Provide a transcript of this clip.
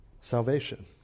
Salvation